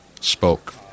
spoke